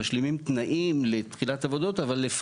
מאשרים תנאים לתחילת עבודות אבל,